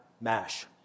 mash